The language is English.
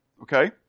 Okay